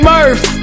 Murph